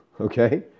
Okay